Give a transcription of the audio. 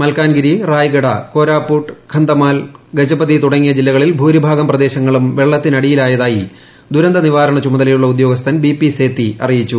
മൽക്കാൻഗിരി റായഗഡ കോരാപുട്ട് കന്ധമാൽ ഗജപതി തുടങ്ങിയ ജില്ലകളിൽ ഭൂരിഭാഗം പ്രദേശങ്ങളും വെള്ളത്തിനടിയിലായതായി ദുരന്ത നിരവാരണ ചുമതലയുള്ള ഉദ്യോഗസ്ഥൻ ബി പി സേത്തി അറിയിച്ചു